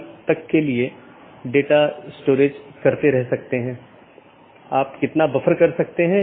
एक BGP के अंदर कई नेटवर्क हो सकते हैं